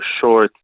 short